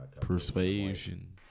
Persuasion